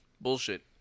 Bullshit